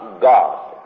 God